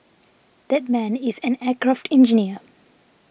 that man is an aircraft engineer